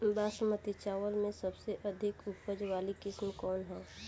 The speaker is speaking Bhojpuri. बासमती चावल में सबसे अधिक उपज वाली किस्म कौन है?